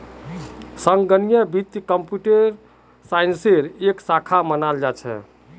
संगणकीय वित्त कम्प्यूटर साइंसेर एक शाखा मानाल जा छेक